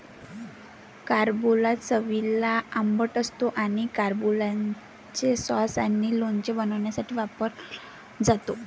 carambola चवीला आंबट असतो आणि कॅरंबोलाचे सॉस आणि लोणचे बनवण्यासाठी वापरला जातो